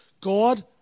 God